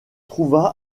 trouva